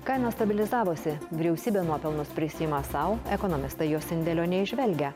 kainos stabilizavosi vyriausybė nuopelnus prisiima sau ekonomistai jos indėlio neįžvelgia